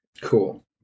Cool